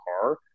car